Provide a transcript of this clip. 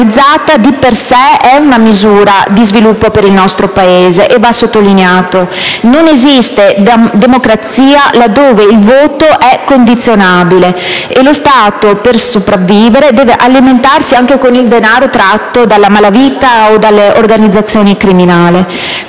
organizzata di per sé è una misura di sviluppo per il nostro Paese, e questo va sottolineato. Non esiste democrazia là dove il voto è condizionabile e lo Stato per sopravvivere deve alimentarsi anche con il denaro tratto dalla malavita o dalle organizzazioni criminali.